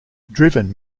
driven